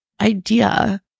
idea